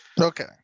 okay